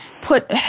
put